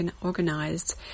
organized